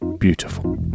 beautiful